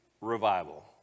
revival